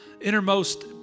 innermost